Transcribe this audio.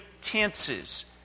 tenses